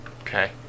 Okay